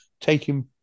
taking